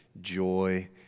joy